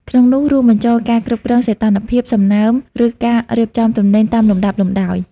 ក្នុងនោះ រួមបញ្ចូលការគ្រប់គ្រងសីតុណ្ហភាព សំណើម ឬការរៀបចំទំនិញតាមលំដាប់លំដោយ។